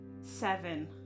Seven